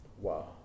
Wow